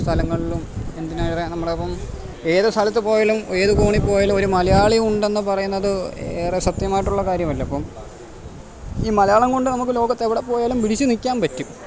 സ്ഥലങ്ങളിലും എന്തിനേറെ നമ്മളിപ്പോള് ഏത് സ്ഥലത്തു പോയാലും ഏത് കോണിപ്പോയാലും ഒരു മലയാളിയുണ്ടെന്ന് പറയുന്നത് ഏറെ സത്യമായിട്ടുള്ള കാര്യമല്ലപ്പോള് ഈ മലയാളംകൊണ്ട് നമുക്ക് ലോകത്തെവിടെപ്പോയാലും പിടിച്ചു നില്ക്കാന് പറ്റും